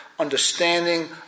understanding